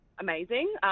amazing